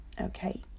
Okay